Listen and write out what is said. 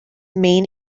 main